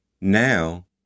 Now